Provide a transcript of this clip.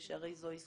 שהרי זוהי זכותם,